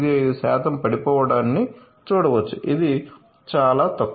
85 శాతం పడిపోవడాన్ని చూడవచ్చు ఇది చాలా తక్కువ